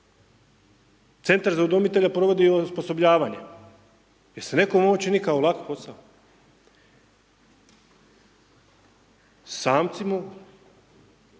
Centar za udomitelje provodi osposobljavanje. Jel se nekome ovo čini kao lak posao? Samci mogu,